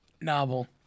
Novel